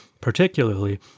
Particularly